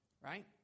Right